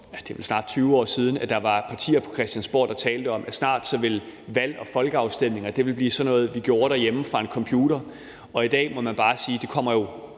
der for vel snart 20 år siden var partier på Christiansborg, der talte om, at snart ville valg og folkeafstemninger blive sådan noget, vi gjorde derhjemme fra en computer, og i dag må man bare sige, er det jo nok